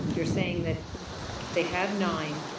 you're saying that they have nine,